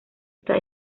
está